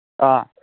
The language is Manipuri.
ꯑꯥ